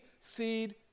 seed